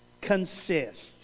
consist